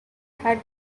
had